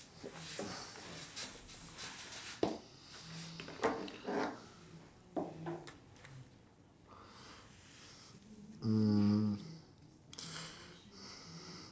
mm